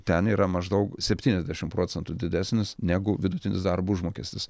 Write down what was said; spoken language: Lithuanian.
ten yra maždaug septyniasdešimt procentų didesnis negu vidutinis darbo užmokestis